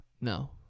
no